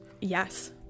yes